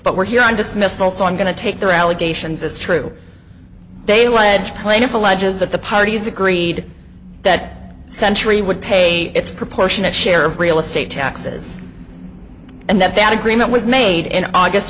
but we're here on dismissal so i'm going to take their allegations as true they lead plaintiff alleges that the parties agreed that century would pay its proportionate share of real estate taxes and that that agreement was made in august